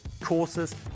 courses